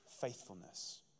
faithfulness